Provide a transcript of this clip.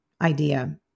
idea